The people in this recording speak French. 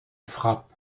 frappe